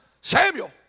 Samuel